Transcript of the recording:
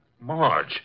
Marge